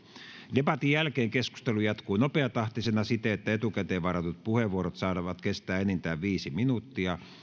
debatin jälkeen keskustelu jatkuu nopeatahtisena siten että etukäteen varatut puheenvuorot saavat kestää enintään viisi minuuttia